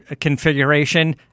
configuration